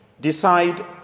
decide